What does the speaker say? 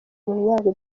myaka